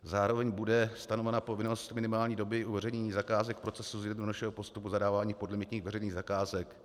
Zároveň bude stanovena povinnost minimální doby uveřejnění zakázek v procesu zjednodušeného postupu zadávání podlimitních veřejných zakázek.